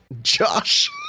Josh